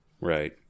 Right